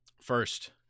First